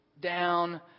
down